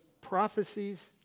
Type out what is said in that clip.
prophecies